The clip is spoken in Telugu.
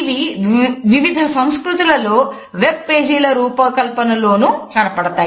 ఇవి వివిధ సంస్కృతులలో వెబ్ పేజీల రూపకల్పనలోనూ కనపడతాయి